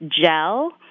gel